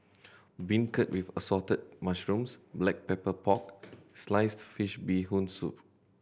beancurd with Assorted Mushrooms Black Pepper Pork sliced fish Bee Hoon Soup